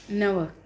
नव